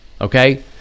Okay